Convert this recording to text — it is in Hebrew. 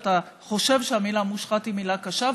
שאתה חושב שהמילה "מושחת" היא מילה קשה,